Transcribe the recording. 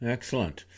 Excellent